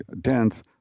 dense